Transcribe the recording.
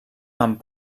amb